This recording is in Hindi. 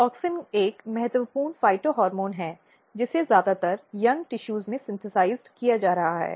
औक्सिन एक महत्वपूर्ण प्लांटफाइटोहोर्मोन है जिसे ज्यादातर यंग ऊतकों में संश्लेषित किया जा रहा है